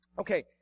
Okay